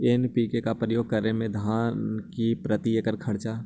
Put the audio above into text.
NPK का प्रयोग करे मे धान मे प्रती एकड़ खर्चा?